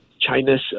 China's